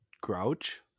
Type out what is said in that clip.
Grouch